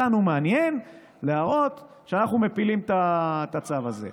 אותנו מעניין להראות שאנחנו מפילים את הצו הזה.